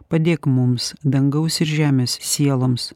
padėk mums dangaus ir žemės sieloms